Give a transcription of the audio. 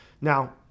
Now